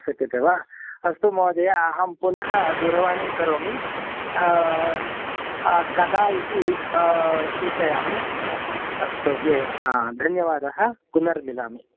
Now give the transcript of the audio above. शक्यते वा अस्तु महोदय अहं पुनः दूरवाणीं करोमि कदा इति सूचयामि अस्तु धन्यवादः पुनर्मिलामि